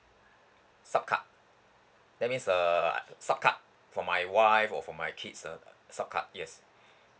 sub card that means uh sub card for my wife or for my kids uh sub card yes